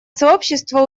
сообщество